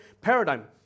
paradigm